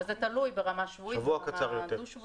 זה תלוי ברמה שבועית, ברמה דו-שבועית.